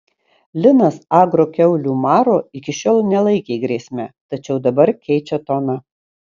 linas agro kiaulių maro iki šiol nelaikė grėsme tačiau dabar keičia toną